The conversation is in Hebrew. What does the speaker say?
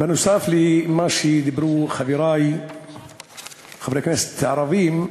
נוסף על מה שאמרו חברי חברי הכנסת הערבים,